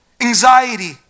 anxiety